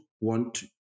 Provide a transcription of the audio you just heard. want